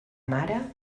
mare